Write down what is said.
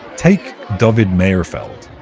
take dovid meirfeld,